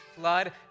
flood